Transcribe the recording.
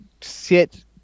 sit